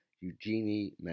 Eugenie